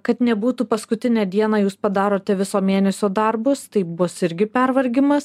kad nebūtų paskutinę dieną jūs padarote viso mėnesio darbus taip bus irgi pervargimas